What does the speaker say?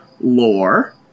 Lore